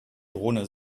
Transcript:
drohne